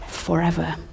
forever